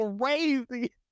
crazy